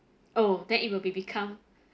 oh then it will be become